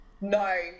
No